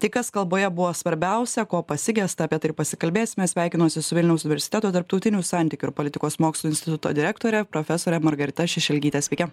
tai kas kalboje buvo svarbiausia ko pasigesta apie tai ir pasikalbėsime sveikinuosi su vilniaus universiteto tarptautinių santykių ir politikos mokslų instituto direktore profesore margarita šišelgyte sveiki